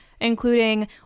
including